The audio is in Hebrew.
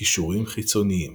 קישורים חיצוניים